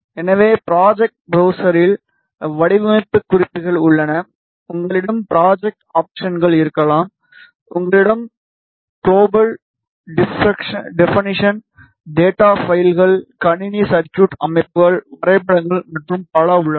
எனவே ப்ராஜெக்ட் ப்ரவ்ஸரில் வடிவமைப்பு குறிப்புகள் உள்ளன உங்களிடம் ப்ராஜெக்ட் ஆப்ஷன்கள் இருக்கலாம் உங்களிடம் க்ளோபல் டெபனிசன் டேட்டா பைல்கள் கணினி சர்குய்ட் அமைப்புகள் வரைபடங்கள் மற்றும் பல உள்ளன